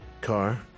car